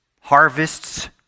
harvests